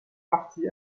partie